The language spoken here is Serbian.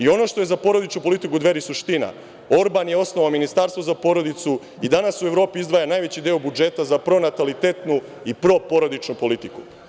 Ono što je za porodičnu politiku Dveri suština, Orban je osnovao Ministarstvo za porodicu i danas u Evropi izdvaja najveći deo budžeta za pronalitetnu i proporodičnu politiku.